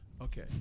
Okay